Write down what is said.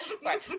Sorry